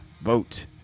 vote